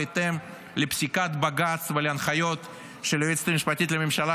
בהתאם לפסיקת בג"ץ ולהנחיות של היועצת המשפטית לממשלה,